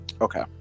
okay